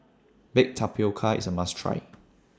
Baked Tapioca IS A must Try